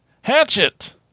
hatchet